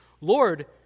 Lord